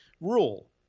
rule